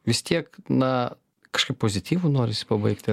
vis tiek na kažkaip pozityvu norisi pabaigti